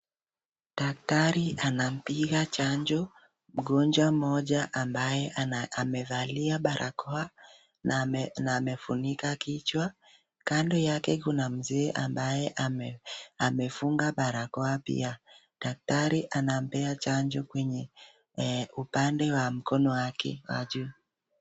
Daktari anampiga chanjo mgonjwa mmoja ambaye amevalia barakoa na amefunika kichwa. Kando yake kuna mzee ambaye amefunga barakoa pia. Daktari anampea chanjo kwenye upande wa mkono wake wa juu.